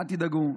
אל תדאגו.